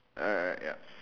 alright alright ya